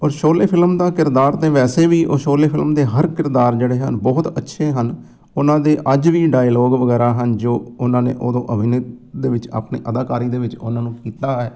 ਉਹ ਸ਼ੋਲੇ ਫਿਲਮ ਦਾ ਕਿਰਦਾਰ ਤਾਂ ਵੈਸੇ ਵੀ ਉਹ ਸ਼ੋਲੇ ਫਿਲਮ ਦੇ ਹਰ ਕਿਰਦਾਰ ਜਿਹੜੇ ਹਨ ਬਹੁਤ ਅੱਛੇ ਹਨ ਉਹਨਾਂ ਦੇ ਅੱਜ ਵੀ ਡਾਇਲੋਗ ਵਗੈਰਾ ਹਨ ਜੋ ਉਹਨਾਂ ਨੇ ਉਦੋਂ ਅਭਿਨੇ ਦੇ ਵਿੱਚ ਆਪਣੀ ਅਦਾਕਾਰੀ ਦੇ ਵਿੱਚ ਉਹਨਾਂ ਨੂੰ ਕੀਤਾ ਹੈ